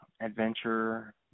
adventure